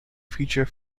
feature